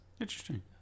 Interesting